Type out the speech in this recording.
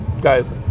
guys